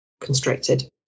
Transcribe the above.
constricted